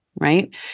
right